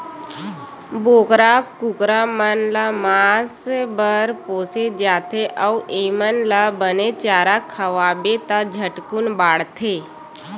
बोकरा, कुकरा मन ल मांस बर पोसे जाथे अउ एमन ल बने चारा खवाबे त झटकुन बाड़थे